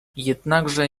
jednakże